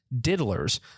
diddlers